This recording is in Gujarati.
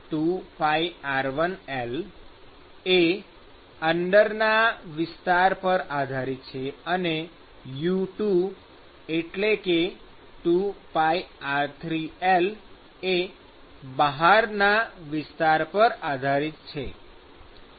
U1 એટલે કે 2πr1L એ અંદરના વિસ્તાર પર આધારિત છે અને U2 એટલે કે 2πr3L એ બહારના વિસ્તાર પર આધારિત છે